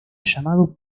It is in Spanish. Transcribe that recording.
llamado